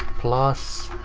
plus.